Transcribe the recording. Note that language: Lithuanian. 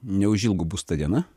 neužilgo bus ta diena